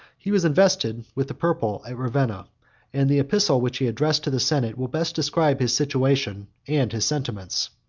he was invested with the purple at ravenna and the epistle which he addressed to the senate, will best describe his situation and his sentiments.